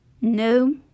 No